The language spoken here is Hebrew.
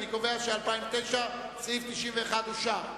אני קובע שסעיף 91 לשנת 2009 אושר.